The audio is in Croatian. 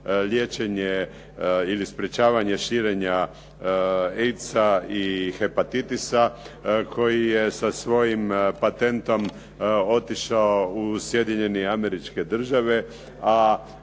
liječenje ili sprječavanje širenja AIDS-a ili hepatitisa, koji je sa svojim patentom otišao u Sjedinjene Američke Države a